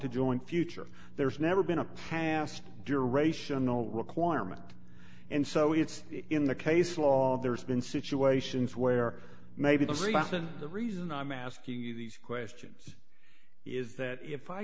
to joint future there's never been a past duration no requirement and so it's in the case law there's been situations where maybe the reason the reason i'm asking you these questions is that if i